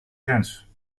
grens